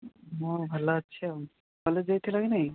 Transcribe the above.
ମୁଁ ଭଲ ଅଛି ଆଉ କଲେଜ୍ ଯାଇଥିଲ କି ନାଇଁ